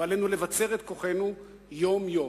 ועלינו לבצר את כוחנו יום-יום.